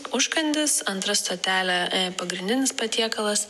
užkandis antra stotelė pagrindinis patiekalas